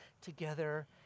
together